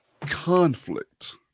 conflict